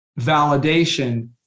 validation